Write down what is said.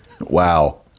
Wow